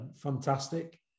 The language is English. fantastic